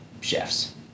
chefs